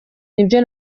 nibyo